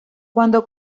cuando